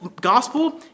gospel